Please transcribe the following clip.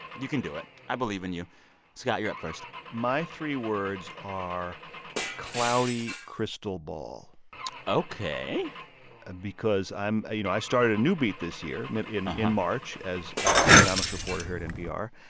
you can do it. i believe in you scott, you're up first my three words are cloudy crystal ball ok ah because i'm you know, i started a new beat this year in in march as economics reporter here at npr.